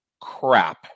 crap